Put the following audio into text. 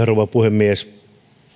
rouva puhemies